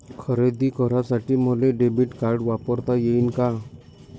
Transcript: खरेदी करासाठी मले डेबिट कार्ड वापरता येईन का?